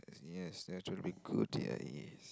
yes that will be good yes